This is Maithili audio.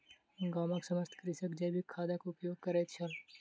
गामक समस्त कृषक जैविक खादक उपयोग करैत छल